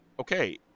okay